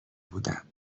بودم